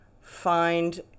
find